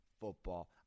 football